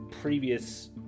previous